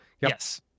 Yes